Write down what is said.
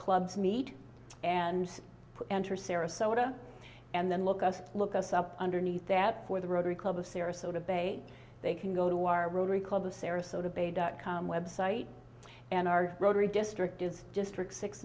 clubs meet and enter sarasota and then look us look us up underneath that for the rotary club of sarasota bay they can go to our rotary called the sarasota beta come web site and our rotary district is district six